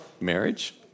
Marriage